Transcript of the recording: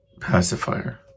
pacifier